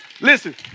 listen